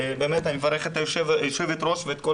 ובאמת אני מברך את יושבת-הראש ואת כל